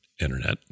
Internet